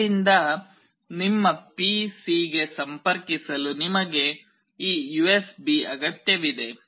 ಇಲ್ಲಿಂದ ನಿಮ್ಮ ಪಿಸಿಗೆ ಸಂಪರ್ಕಿಸಲು ನಿಮಗೆ ಈ ಯುಎಸ್ಬಿ ಅಗತ್ಯವಿದೆ